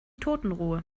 totenruhe